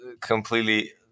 completely